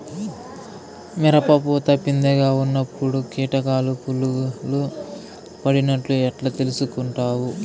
మిరప పూత పిందె గా ఉన్నప్పుడు కీటకాలు పులుగులు పడినట్లు ఎట్లా తెలుసుకుంటావు?